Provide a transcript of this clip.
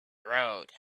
road